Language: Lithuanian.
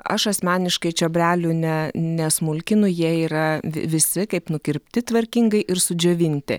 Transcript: aš asmeniškai čiobrelių ne nesmulkinu jie yra v visi kaip nukirpti tvarkingai ir sudžiovinti